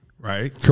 Right